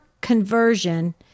conversion